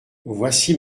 voici